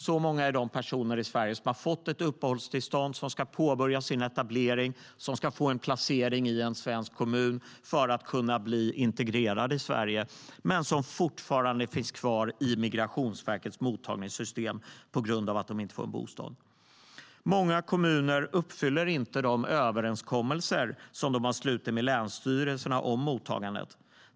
Så många är de personer som har fått uppehållstillstånd i Sverige, som ska påbörja sin etablering, som ska få en placering i en svensk kommun för att kunna bli integrerade i Sverige men som finns kvar i Migrationsverkets mottagningssystem på grund av att de inte får en bostad. Många kommuner uppfyller inte de överenskommelser som de har slutit med länsstyrelserna om mottagandet.